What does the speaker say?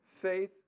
Faith